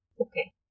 Okay